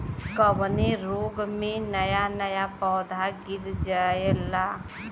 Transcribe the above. कवने रोग में नया नया पौधा गिर जयेला?